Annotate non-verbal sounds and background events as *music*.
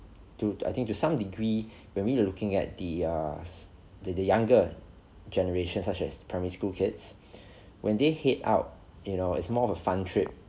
to I think to some degree *breath* when we looking at the uh the the younger generation such as primary school kids *breath* when they head out you know it's more of a fun trip